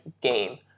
game